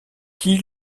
qui